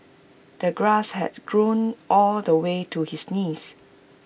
the grass has grown all the way to his knees